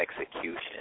execution